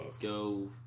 go